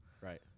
Right